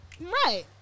Right